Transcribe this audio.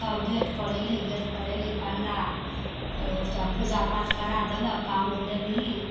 तब गेटपर अएली गेटपर अएली पण्डा ओ एकटा पूजापाठ करा देलक कामरु लेलहि